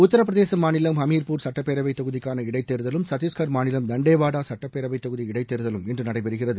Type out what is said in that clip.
உத்தரப்பிரதேச மாநிலம் ஹமீர்பூர் சுட்டப்பேரவைத் தொகுதிக்கான இடைத் தேர்தலும் சத்தீஷ்கர் மாநிலம் தண்டேவாடா சுட்டப்பேரவைத்தொகுதி இடைத் தேர்தலும் இன்று நடைபெறுகிறது